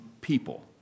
people